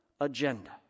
agenda